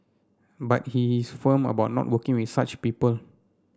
but he is firm about not working with such people